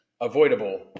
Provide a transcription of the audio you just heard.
avoidable